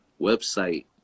website